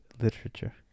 literature